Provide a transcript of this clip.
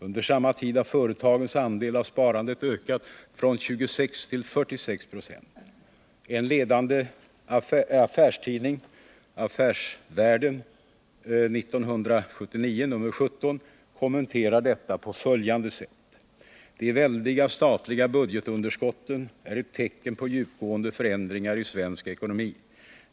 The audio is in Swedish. Under samma tid har företagens andel av sparandet ökat från 26 till 46 96. En ledande affärstidning — Affärsvärlden —- kommenterar detta på följande sätt i nr 17 år 1979: ”De väldiga statliga budgetunderskotten är ett tecken på djupgående förändringar i svensk ekonomi.